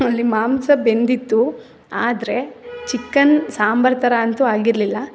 ಅಲ್ಲಿ ಮಾಂಸ ಬೆಂದಿತ್ತು ಆದರೆ ಚಿಕನ್ ಸಾಂಬಾರು ಥರ ಅಂತೂ ಆಗಿರಲಿಲ್ಲ